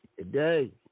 Today